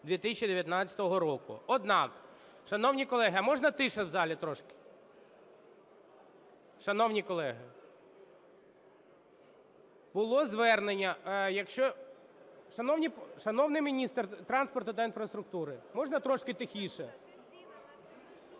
2019 року. Однак… Шановні колеги, а можна тихіше в залі трошки? Шановні колеги! Було звернення… Шановний міністр транспорту та інфраструктури! Можна трошки тихіше?